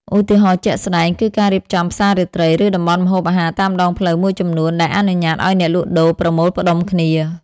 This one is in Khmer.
ឧទាហរណ៍ជាក់ស្តែង គឺការរៀបចំផ្សាររាត្រី ឬតំបន់ម្ហូបអាហារតាមដងផ្លូវមួយចំនួន ដែលអនុញ្ញាតឱ្យអ្នកលក់ដូរប្រមូលផ្តុំគ្នា ។